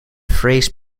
phrase